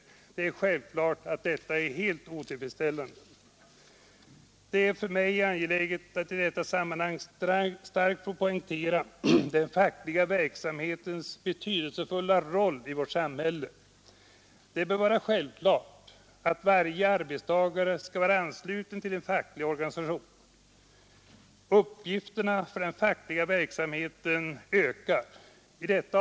Detta är självklart helt otillfredsstäl Det är för mig angeläget att i detta sammanhang starkt få poängtera den fackliga verksamhetens betydelsefulla roll i vårt samhälle. Det bör vara självklart att varje arbetstagare skall vara ansluten till en facklig organisation. Uppgifterna för den fackliga verksamheten ökar. I detta ioch arbetsplatsmiljö ällande.